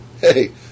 Hey